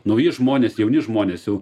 nauji žmonės jauni žmonės jau